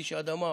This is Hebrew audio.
איש האדמה,